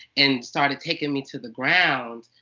and started taking me to the ground,